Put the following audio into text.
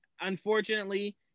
unfortunately